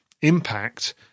impact